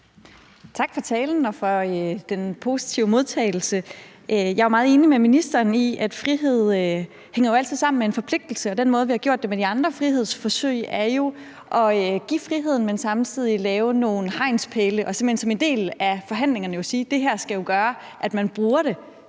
Tak for talen og for den positive modtagelse. Jeg er meget enig med ministeren i, at frihed altid hænger sammen med en forpligtelse, og den måde, vi har gjort det på med de andre frihedsforsøg, har jo været at give friheden, men samtidig sætte nogle hegnspæle op og simpelt hen som en del af forhandlingerne sige: Det her skal jo gøre, at man bruger det